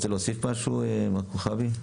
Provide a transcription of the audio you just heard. רוצה להוסיף משהו, מר כוכבי?